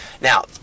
Now